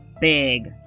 Big